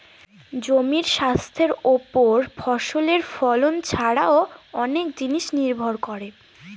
জমির স্বাস্থ্যের ওপর ফসলের ফলন ছারাও অনেক জিনিস নির্ভর করে